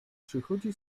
przychodzi